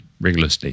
Regularly